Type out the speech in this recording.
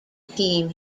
team